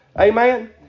Amen